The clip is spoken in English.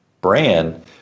brand